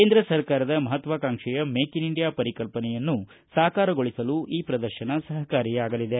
ಕೇಂದ್ರ ಸರ್ಕಾರದ ಮಹತ್ವಾಕಾಂಕ್ಷೆಯ ಮೇಕ್ ಇನ್ ಇಂಡಿಯಾ ಪರಿಕಲ್ಪನೆಯನ್ನು ಸಾಕಾರಗೊಳಿಸಲು ಈ ಪ್ರದರ್ಶನ ಸಹಕಾರಿಯಾಗಲಿದೆ